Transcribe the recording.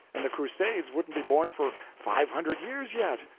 and the crusades wouldn't be born for five hundred years yet?